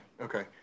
Okay